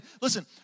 Listen